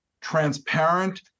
transparent